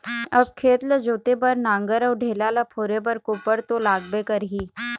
अब खेत ल जोते बर नांगर अउ ढेला ल फोरे बर कोपर तो लागबे करही